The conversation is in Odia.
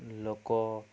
ଲୋକ